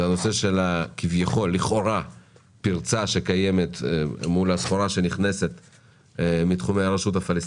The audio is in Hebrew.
הוא הפירצה שקיימת לכאורה בנושא הסחורה שנכנסת מהרש"פ.